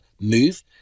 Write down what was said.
move